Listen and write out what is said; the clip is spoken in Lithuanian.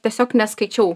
tiesiog neskaičiau